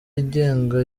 yigenga